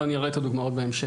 ואני אראה את הדוגמאות בהמשך.